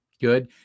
Good